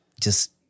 just-